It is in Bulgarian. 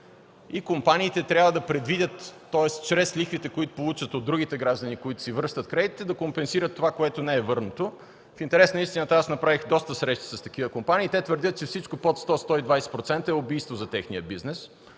и компаниите трябва да предвидят чрез лихвите, които получат от другите граждани, които си връщат кредитите, да компенсират това, което не е върнато. Направих доста срещи с такива компании и те твърдят, че всичко, което е под 100-120%, е убийство за техния бизнес.